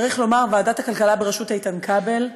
צריך לומר שוועדת הכלכלה בראשות איתן כבל,